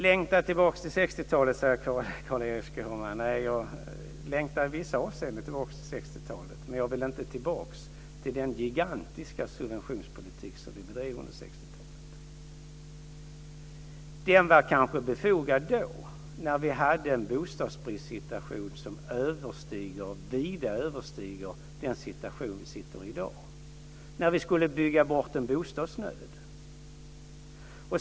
Längtar tillbaka till 60-talet, säger Carl-Erik Skårman. Jag längtar i vissa avseenden tillbaka till 60-talet, men jag vill inte tillbaka till den gigantiska subventionspolitik som vi bedrev under 60-talet. Den var kanske befogad då, när vi hade en bostadsbristsituation som vida översteg den situation vi har i dag, när vi skulle bygga bort en bostadsnöd.